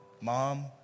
mom